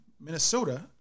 Minnesota